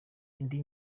indi